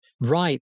right